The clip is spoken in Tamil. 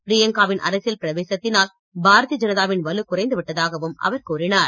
பிரியங்கா வின் அரசியல் பிரவேசத்தினால் பாரதிய ஜனதாவின் வலு குறைந்து விட்டதாகவும் அவர் கூறினார்